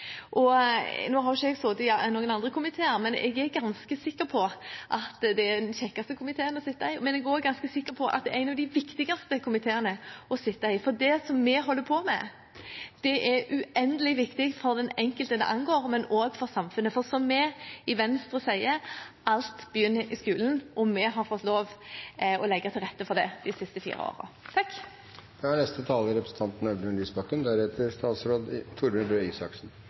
utdanningskomiteen. Nå har jeg ikke sittet i noen andre komiteer, men jeg er ganske sikker på at det er den kjekkeste komiteen å sitte i. Jeg er også ganske sikker på at det er en av de viktigste komiteene å sitte i, for det som vi holder på med, er uendelig viktig for den enkelte det angår, men også for samfunnet. For som vi i Venstre sier: Alt begynner i skolen. Og vi har fått lov til å legge til rette for det de siste fire årene. Jeg vil takke Stortinget for å ha tatt godt imot det representantforslaget SV har fremmet. Det er